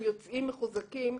הם יוצאים מחוזקים.